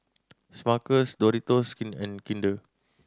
Smuckers Doritos and Kinder